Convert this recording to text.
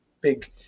big